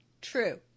True